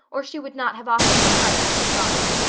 or she would not have offered her price at the start.